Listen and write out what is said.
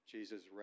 Jesus